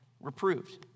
reproved